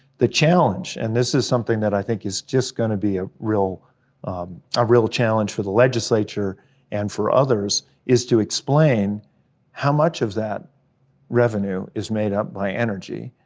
the challenge, and this is something that i think is just gonna be a real ah real challenge for the legislature and for others is to explain how much of that revenue is made up by energy.